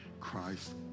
Christ